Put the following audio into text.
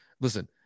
listen